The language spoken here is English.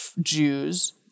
Jews